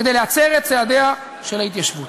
כדי להצר את צעדיה של ההתיישבות.